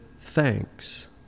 thanks